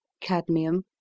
cadmium